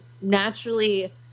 naturally